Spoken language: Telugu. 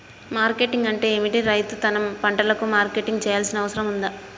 మార్కెటింగ్ అంటే ఏమిటి? రైతు తన పంటలకు మార్కెటింగ్ చేయాల్సిన అవసరం ఉందా?